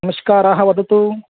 नमस्कारः वदतु